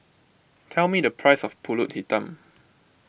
tell me the price of Pulut Hitam